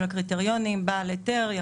בגלל הקורונה העלו את זה ל-1,800.